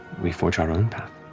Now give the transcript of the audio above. we forge our own path.